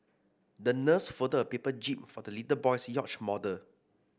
the nurse folded a paper jib for the little boy's yacht model